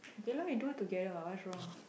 ya lah we do it together what what's wrong